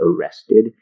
arrested